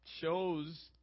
shows